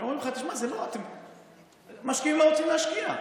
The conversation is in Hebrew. אומרים לך שמשקיעים לא רוצים להשקיע.